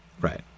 Right